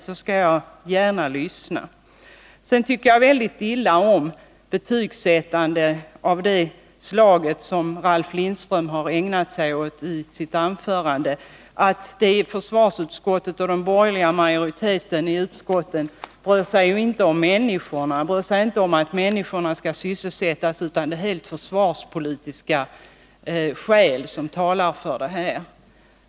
Jag skall gärna lyssna. Sedan tycker jag väldigt illa om betygsättande av det slag som Ralf Lindström har ägnat sig åt i sitt anförande, där han ville göra gällande att försvarsutskottet och den borgerliga majoriteten i näringsutskottet inte bryr sig om att människorna skall sysselsättas utan att det uteslutande är försvarspolitiska skäl som får vara avgörande.